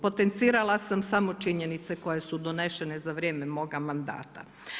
Potencirala sam samo činjenice koje su donesene za vrijeme mog mandata.